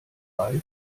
reif